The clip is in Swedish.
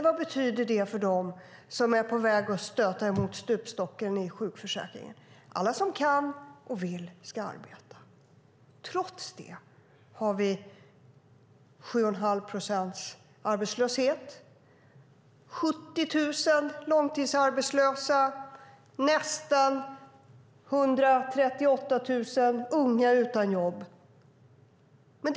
Vad betyder det för dem som är på väg att stöta emot stupstocken i sjukförsäkringen? Alla som kan och vill ska arbeta. Trots det har vi 7 1⁄2 procents arbetslöshet, 70 000 långtidsarbetslösa och nästan 138 000 unga utan jobb.